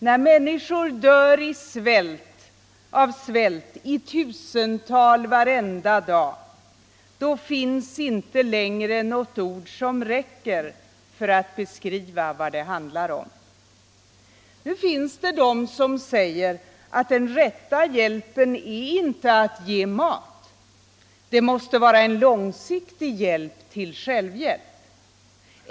När människor dör av svält i tusental varenda dag, då finns inte längre något ord som räcker för att beskriva vad det handlar om. Nu finns det de som säger att den rätta hjälpen är inte att ge mat. Det måste vara en långsiktig hjälp till självhjälp.